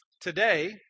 Today